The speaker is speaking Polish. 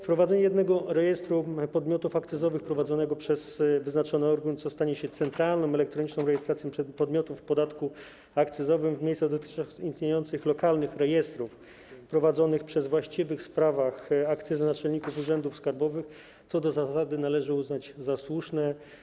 Wprowadzenie jednego rejestru podmiotów akcyzowych prowadzonego przez wyznaczony organ - co stanie się centralną elektroniczną rejestracją podmiotów w podatku akcyzowym - w miejsce dotychczas istniejących lokalnych rejestrów prowadzonych przez właściwych w sprawach akcyzy naczelników urzędów skarbowych co do zasady należy uznać za słuszne.